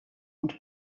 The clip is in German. und